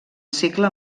cicle